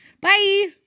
Bye